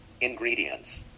Ingredients